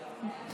בעד,